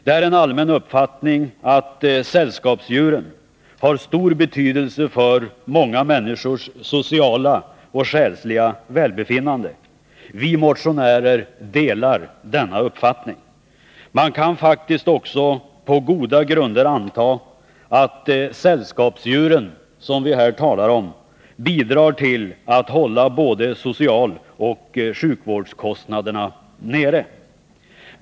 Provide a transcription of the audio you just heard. Det är en allmän uppfattning att sällskapsdjuren har stor betydelse för många människors sociala och själsliga välbefinnande. Vi motionärer delar denna uppfattning. Man kan faktiskt också på goda grunder anta att sällskapsdjuren, som vi här talar om, bidrar till att hålla både socialoch sjukvårdskostnaderna nere.